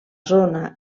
zona